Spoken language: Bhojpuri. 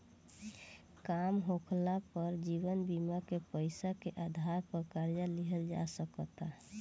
काम होखाला पर जीवन बीमा के पैसा के आधार पर कर्जा लिहल जा सकता